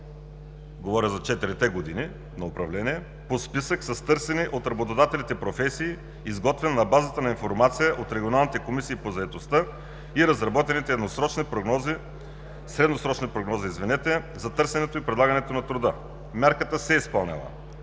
говоря за четирите години на управление – по списък с търсени от работодателите професии, изготвен на база информация от регионалните комисии по заетостта и разработените средносрочни прогнози за търсенето и предлагането на труда – мярката се изпълнява.